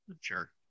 Sure